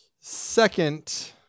second